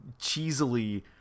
cheesily